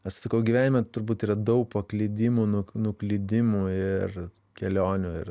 aš sakau gyvenime turbūt yra daug paklydimų nuklydimų ir kelionių ir